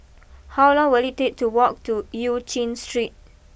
how long will it take to walk to Eu Chin Street